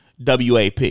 WAP